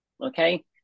okay